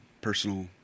personal